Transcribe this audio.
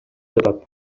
жатат